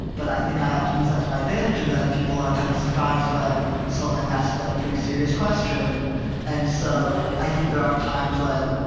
but i think i often use that to my advantage and then people are kind of surprised when suddenly i'm asking them a pretty serious question and, and so i think there are times when,